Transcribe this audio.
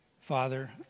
Father